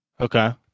Okay